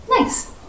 Nice